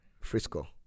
Frisco